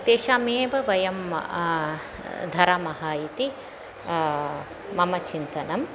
तेषां एव वयं धरामः इति मम चिन्तनम्